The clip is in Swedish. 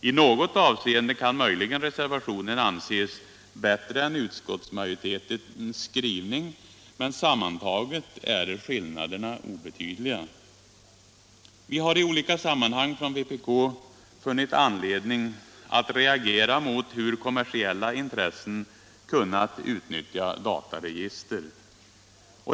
I några avseenden kan möjligen reservationen anses bättre än utskottsmajoritetens skrivning, men sammantaget är skillnaderna obetydliga. I vpk har vi i olika sammanhang funnit anledning att reagera mot att kommersiella intressen kunnat utnyttja dataregister.